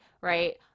Right